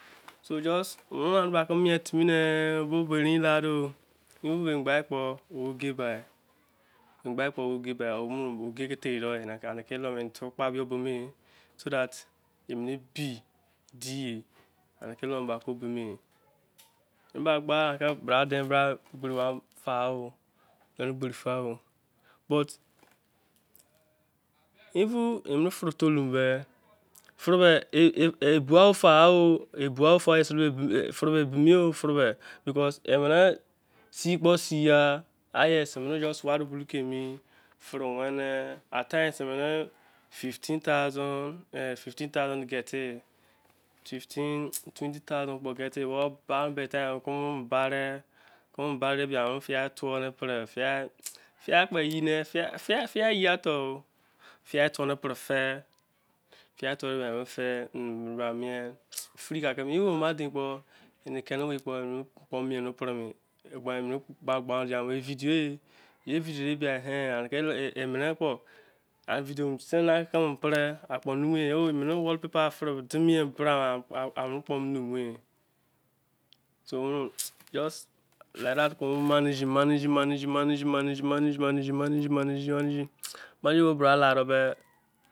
So just mene rebra ke mieh timi ne erin kde-o-gba kpo oge bai. oge ke jein don mi. so that emene ebi-di-e ene ke wene bra the doo bo-me. egberi gne misin bra den ba faghe pelede gberi fai. because emene sei kpo sei ya. hishest pe-ke ware bulo bo ke-mi frewene 15. 000 geei. 20. 000 kpo geti ba kumo tu bari. even beh ma-din kpo. emene kpo ufe-o emene wall-papa fre dein mie. aru kpo mumu kobo-emi bra la-de beh